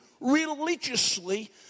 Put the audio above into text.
religiously